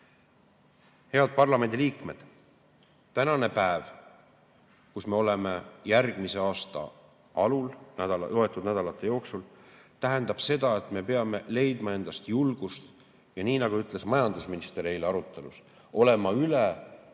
Head parlamendiliikmed! Tänane päev, kus me oleme – järgmine aasta algab loetud nädalate jooksul –, tähendab seda, et me peame leidma endas julgust, ja nii nagu ütles eile majandus- ja taristuminister, olema üle